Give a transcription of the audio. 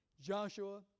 Joshua